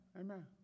Amen